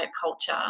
culture